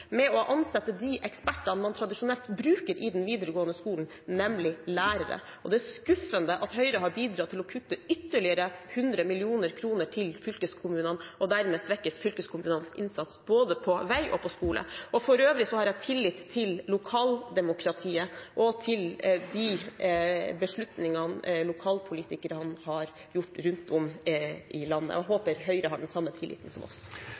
med å ansette de ekspertene man tradisjonelt bruker i den videregående skolen, nemlig lærere. Det er skuffende at Høyre har bidratt til å kutte ytterligere 100 mill. kr til fylkeskommunene og dermed svekker fylkeskommunenes innsats både på vei og på skole. For øvrig har jeg tillit til lokaldemokratiet og til de beslutningene lokalpolitikerne har gjort rundt om i landet, og jeg håper Høyre har den samme tilliten som oss.